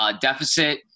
deficit